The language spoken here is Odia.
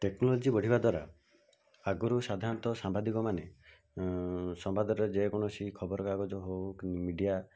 ଟେକ୍ନୋଲୋଜି ବଢ଼ିବା ଦ୍ଵାରା ଆଗରୁ ସାଧାରଣତଃ ସାମ୍ବାଦିକମାନେ ସମ୍ବାଦରେ ଯେକୌଣସି ଖବର କାଗଜ ହେଉ କି ମିଡ଼ିଆ